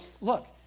look